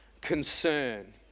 concern